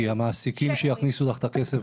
כי המעסיקים שיכניסו לך את הכסף,